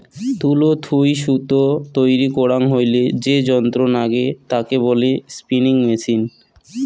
তুলো থুই সুতো তৈরী করাং হইলে যে যন্ত্র নাগে তাকে বলে স্পিনিং মেচিন